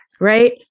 right